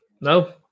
No